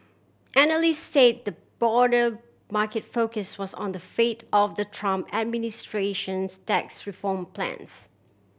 analysts say the broader market focus was on the fate of the Trump administration's tax reform plans